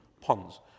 ponds